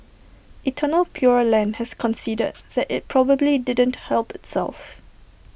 eternal pure land has conceded that IT probably didn't help itself